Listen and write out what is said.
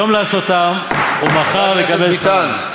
היום לעשותם ומחר לקבל שכרם.